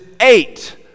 eight